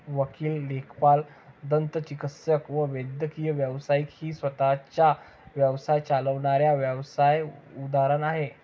वकील, लेखापाल, दंतचिकित्सक व वैद्यकीय व्यावसायिक ही स्वतः चा व्यवसाय चालविणाऱ्या व्यावसाय उदाहरण आहे